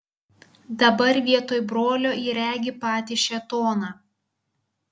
dabar vietoj brolio ji regi patį šėtoną